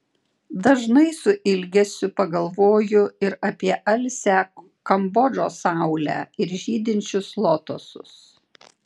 dažnai su ilgesiu pagalvoju ir apie alsią kambodžos saulę ir žydinčius lotosus